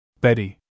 Betty